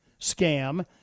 scam